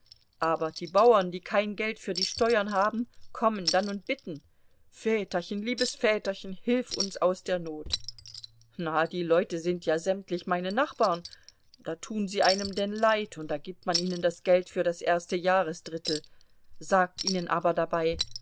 aber die bauern die kein geld für die steuern haben kommen dann und bitten väterchen liebes väterchen hilf uns aus der not na die leute sind ja sämtlich meine nachbarn da tun sie einem denn leid und da gibt man ihnen das geld für das erste jahresdrittel sagt ihnen aber dabei